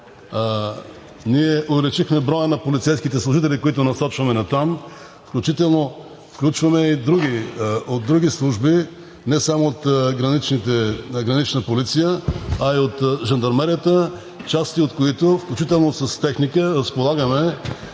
ние увеличихме броя на полицейските служители, които насочваме натам, включително включваме и от други служби – не само от Гранична полиция, а и части от Жандармерията, включително с техника, от